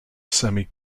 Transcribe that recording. semi